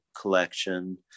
collection